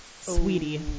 sweetie